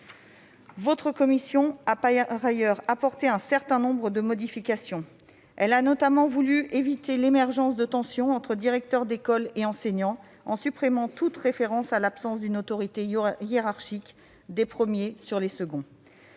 Notre commission a par ailleurs apporté un certain nombre de modifications. Elle a notamment voulu éviter l'émergence de tensions entre directeurs d'école et enseignants, en supprimant toute référence à l'absence d'une autorité hiérarchique des premiers sur les seconds.